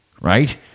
right